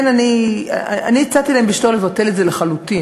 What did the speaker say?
אני הצעתי להם לשקול לבטל את זה לחלוטין,